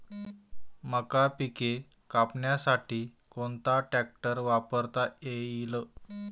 मका पिके कापण्यासाठी कोणता ट्रॅक्टर वापरता येईल?